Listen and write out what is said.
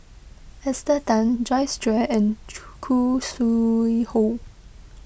Esther Tan Joyce Jue and Khoo Sui Hoe